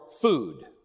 food